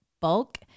bulk